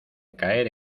caer